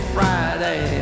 Friday